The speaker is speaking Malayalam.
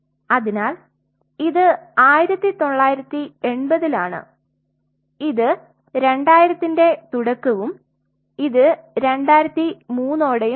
അതിനാൽ ഇത് 1980 ലാണ് ഇത് 2000 ന്റെ തുടക്കവും ഇത് 2003 ഓടെയുമാണ്